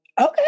okay